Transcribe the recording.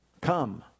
Come